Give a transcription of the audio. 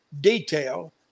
detail